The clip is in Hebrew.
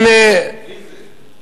מי זה?